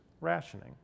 Rationing